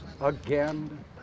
again